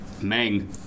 Meng